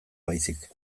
baizik